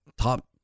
top